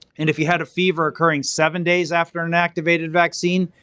and if you had a fever occurring seven days after an activated vaccine,